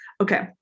okay